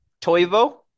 Toivo